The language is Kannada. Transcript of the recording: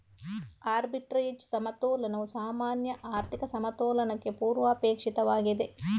ಆರ್ಬಿಟ್ರೇಜ್ ಸಮತೋಲನವು ಸಾಮಾನ್ಯ ಆರ್ಥಿಕ ಸಮತೋಲನಕ್ಕೆ ಪೂರ್ವಾಪೇಕ್ಷಿತವಾಗಿದೆ